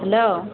hello